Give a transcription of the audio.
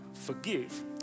forgive